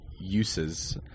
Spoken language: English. uses